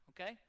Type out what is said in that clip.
okay